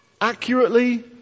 accurately